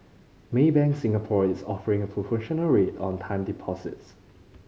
Maybank Singapore is offering a promotional rate on time deposits